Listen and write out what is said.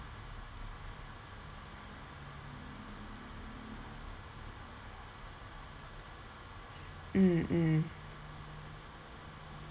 mm mm